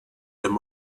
him